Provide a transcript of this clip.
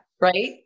Right